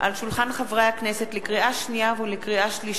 על שולחן הכנסת, לקריאה שנייה ולקריאה שלישית: